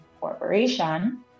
Corporation